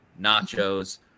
nachos